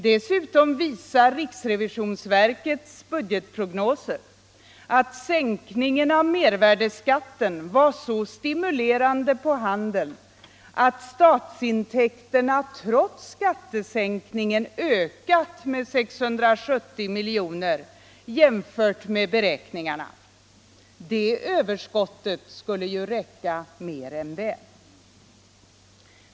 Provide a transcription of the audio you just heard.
Dessutom visar riksrevisionsverkets budgetprognoser att sänkningen av mervärdeskatten var så stimulerande på handeln att statsintäkterna trots skattesänkningen ökat med 670 miljoner jämfört med beräkningarna. Det överskottet skulle ju räcka mer än väl.